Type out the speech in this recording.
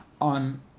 on